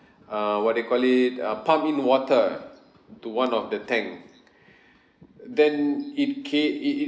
uh what you call it uh pump in water in to one of the tank then it ca~ it it